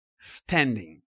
standing